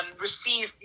receive